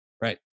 right